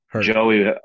Joey